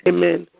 Amen